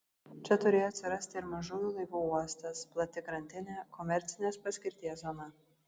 čia turėjo atsirasti ir mažųjų laivų uostas plati krantinė komercinės paskirties zona